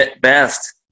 best